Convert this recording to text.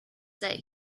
that